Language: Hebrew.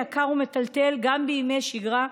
יקר ומטלטל גם בימי שגרה,